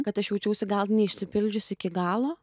kad aš jaučiausi gal neišsipildžiusi iki galo